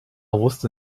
wusste